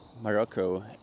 Morocco